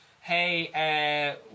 hey